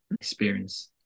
experience